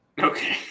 Okay